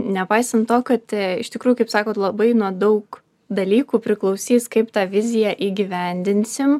nepaisant to kad i iš tikrųjų kaip sakot labai daug dalykų priklausys kaip tą viziją įgyvendinsim